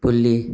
ꯄꯨꯜꯂꯤ